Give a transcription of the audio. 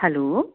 hello